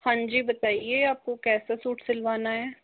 हाँ जी बताइए आपको कैसा सूट सिलवाना है